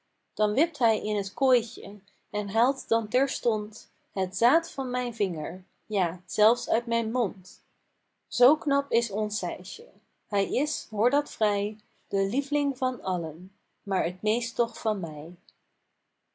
dan wipt hij in t kooitje en haalt dan terstond het zaad van mijn vinger ja zelfs uit mijn mond z knap is ons sijsje hij is hoor dat vrij de liev'ling van allen maar t meest toch van mij